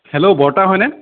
hello বৰ্তা হয়নে